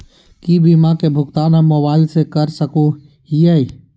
की बीमा के भुगतान हम मोबाइल से कर सको हियै?